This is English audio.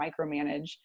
micromanage